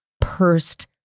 pursed